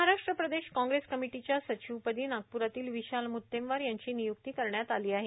Maharashtra Pradesh Congress कमिटीच्या सचिवपदी नागपुरातील विशाल मुत्तेमवार यांची नियुक्ती करण्यात आली आहे